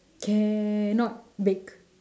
cannot bake